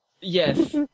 Yes